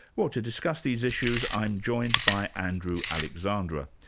well, to discuss these issues i'm joined by andrew alexandra,